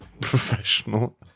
professional